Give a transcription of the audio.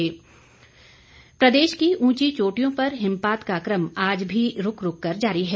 मौसम प्रदेश की ऊंची चोटियों पर हिमपात का क्रम आज भी रूक रूक कर जारी है